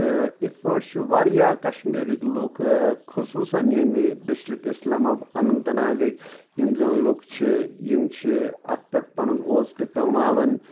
تہٕ یِتھ پٲٹھۍ چھِ واریاہ کشمیٖرٕکۍ لُکھ خصوٗصَن ییٚمہِ ڈِسٹِرٛک اِسلامہ اننت ناگٕکۍ یِم زَن لُکھ چھِ یِم چھِ اَتھ پٮ۪ٹھ پَنُن اوزکہٕ کماوَان